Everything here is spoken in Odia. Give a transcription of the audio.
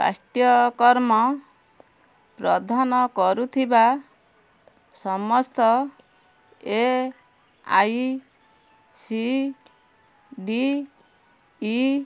ପାଠ୍ୟକ୍ରମ ପ୍ରଦାନ କରୁଥିବା ସମସ୍ତ A I C D E